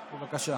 בבקשה.